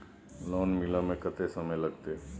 Loan मिले में कत्ते समय लागते?